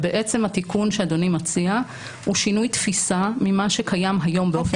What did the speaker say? ובעצם התיקון שאדוני מציע הוא שינוי תפיסה ממה שקיים היום באופן רוחבי.